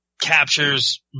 captures